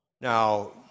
Now